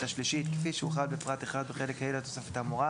השלישית כפי שהוחל בפרט 1 בחלק ה' לתוספת האמורה